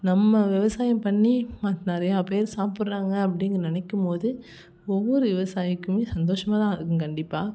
நம்ம விவசாயம் பண்ணி மத் நிறையா பேர் சாப்பிட்றாங்க அப்படின் நினைக்கும்போது ஒவ்வொரு விவசாயிக்குமே சந்தோஷமாகதான் ஆகும் கண்டிப்பாக